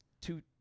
two